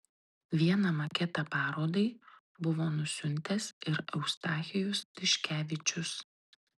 vieną maketą parodai buvo nusiuntęs ir eustachijus tiškevičius